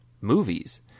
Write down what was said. movies